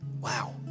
Wow